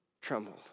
trembled